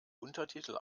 untertitel